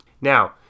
Now